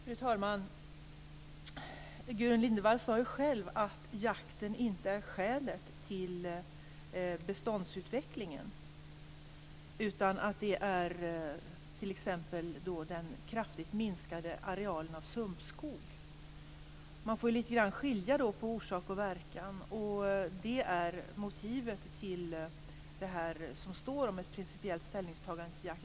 Fru talman! Gudrun Lindvall sade själv att jakten inte är skälet till beståndsutvecklingen utan att det t.ex. är den kraftigt minskade arealen av sumpskog. Man måste skilja lite grann mellan orsak och verkan. Det är motivet till det som står om ett principiellt ställningstagande till jakt.